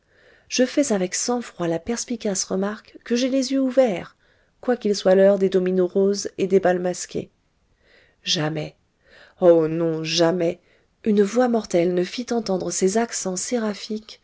je fais avec sang-froid la perspicace remarque que j'ai les yeux ouverts quoiqu'il soit l'heure des dominos roses et des bals masqués jamais oh non jamais une voix mortelle ne fit entendre ces accents séraphiques